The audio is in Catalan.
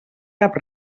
cap